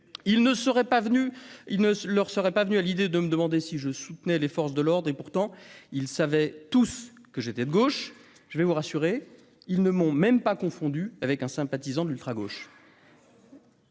Il ne leur serait pas venu à l'idée de me demander si je soutenais les forces de l'ordre, alors qu'ils savaient tous que j'étais de gauche. En outre, je vous rassure, ils ne m'ont même pas confondu avec un sympathisant de l'ultragauche